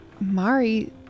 Mari